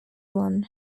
one